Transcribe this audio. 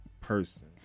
person